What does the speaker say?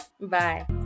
bye